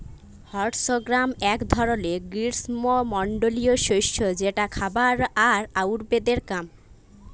horse gram এক ধরলের গ্রীস্মমন্ডলীয় শস্য যেটা খাবার আর আয়ুর্বেদের কাম